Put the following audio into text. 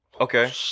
Okay